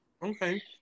Okay